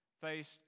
faced